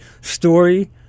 story